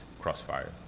crossfire